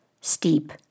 steep